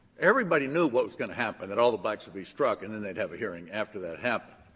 everybody knew what was going to happen, that all the blacks would be struck, and then they'd have a hearing after that happened.